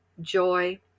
joy